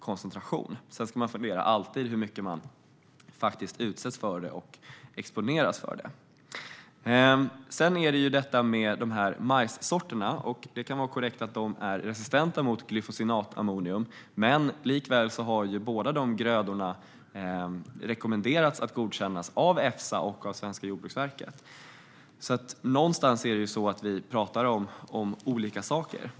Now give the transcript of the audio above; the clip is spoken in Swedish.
Det handlar om hur mycket man utsätts och exponeras för ämnet. Det kan vara korrekt att dessa majssorter kan vara resistenta mot glufosinatammonium, men likväl har Efsa och svenska Jordbruksverket rekommenderat att de ska godkännas. Någonstans pratar vi om olika saker.